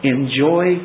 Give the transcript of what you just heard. Enjoy